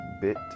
bit